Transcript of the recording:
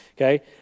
okay